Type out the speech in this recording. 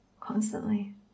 constantly